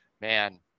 man